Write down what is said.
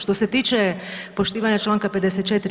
Što se tiče poštivanja čl. 54.